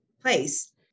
place